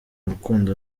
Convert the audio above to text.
rukundo